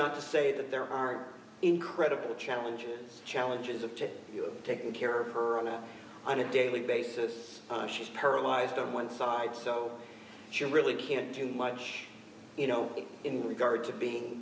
not to say that there are incredible challenges challenges of to take care of her on a on a daily basis and she's paralyzed on one side so she really can't do much you know in regard to being